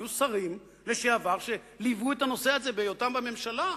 היו שרים לשעבר שליוו את הנושא הזה בהיותם בממשלה,